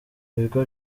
bigo